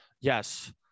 Yes